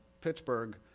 Pittsburgh